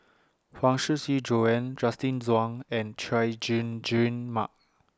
Huang Shiqi Joan Justin Zhuang and Chay Jung Jun Mark